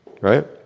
Right